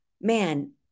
man